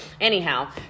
anyhow